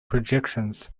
projections